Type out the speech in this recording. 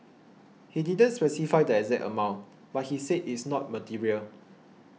he didn't specify the exact amount but he said it's not material